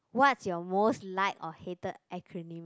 what is your most like or hated acronym